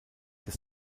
des